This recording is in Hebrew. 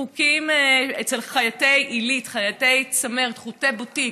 חוקים אצל חייטי עילית, חייטי צמרת, חוטי בוטיק: